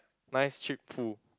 nice cheap full